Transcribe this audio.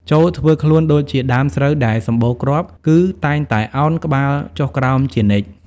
ចូរធ្វើខ្លួនដូចជាដើមស្រូវដែលសម្បូរគ្រាប់ គឺតែងតែឱនក្បាលចុះក្រោមជានិច្ច។